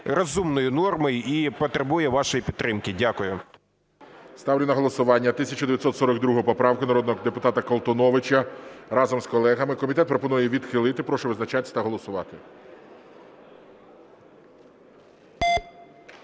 розумною нормою і потребує вашої підтримки. Дякую. ГОЛОВУЮЧИЙ. Ставлю на голосування 1942 поправку народного депутата Колтуновича разом з колегами. Комітет пропонує її відхилити. Прошу визначатись та голосувати.